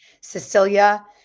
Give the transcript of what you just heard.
Cecilia